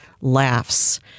laughs